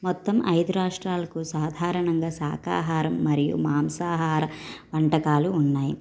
మొత్తం ఐదురాష్ట్రాలకు సాధారణంగా శాఖాహారం మరియు మాంసాహార వంటకాలు ఉన్నాయి